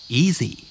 easy